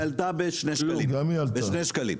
בשני שקלים.